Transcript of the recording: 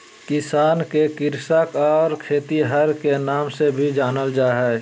किसान के कृषक और खेतिहर के नाम से भी जानल जा हइ